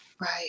Right